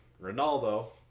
Ronaldo